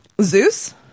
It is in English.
zeus